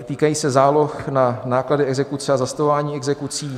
Týkají se záloh na náklady exekuce a zastavování exekucí.